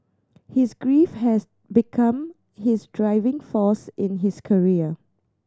his grief has become his driving force in his career